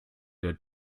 der